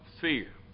fear